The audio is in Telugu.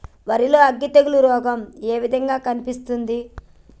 వరి లో అగ్గి తెగులు రోగం ఏ విధంగా కనిపిస్తుంది?